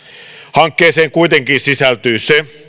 hankkeeseen kuitenkin sisältyy se